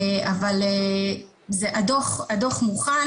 הדוח מוכן,